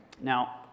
Now